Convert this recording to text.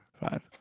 five